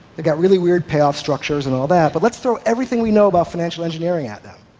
they've got really weird payoff structures and all that, but let's throw everything we know about financial engineering at them.